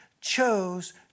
chose